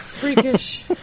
freakish